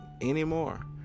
anymore